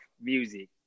music